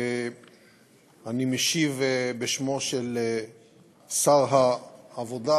אני משיב בשמו של שר העבודה,